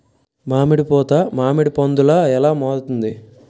మామిడి పూత మామిడి పందుల ఎలా మారుతుంది?